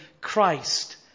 Christ